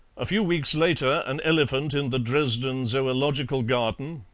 a few weeks later an elephant in the dresden zoological garden,